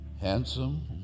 handsome